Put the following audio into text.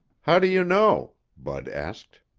how do you know? bud asked.